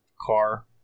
car